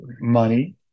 money